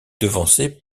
devancé